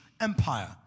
empire